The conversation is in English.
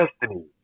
destiny